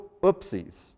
oopsies